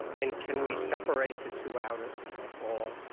and can we separate the two out at at all?